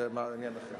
זה עניין אחר.